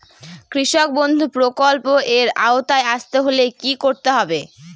কৃষকবন্ধু প্রকল্প এর আওতায় আসতে হলে কি করতে হবে?